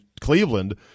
Cleveland